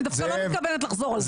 אני דווקא לא מתכוונת לחזור על זה.